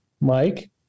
Mike